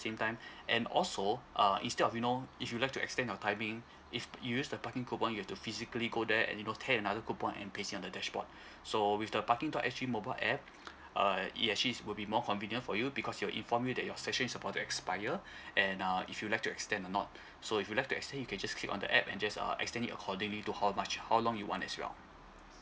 same time and also uh instead of you know if you like to extend your timing if you use the parking coupon you've to physically go there and you know tear another coupon and place it on the dashboard so with the parking dot S G mobile app uh it actually will be more convenient for you because it'll inform you that your session is about to expire and uh if you'll like to extend or not so if you like to extend you can just click on the app and just uh extend it accordingly to how much how long you want as well